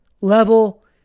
level